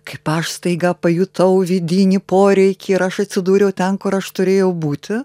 kaip aš staiga pajutau vidinį poreikį ir aš atsidūriau ten kur aš turėjau būti